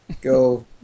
Go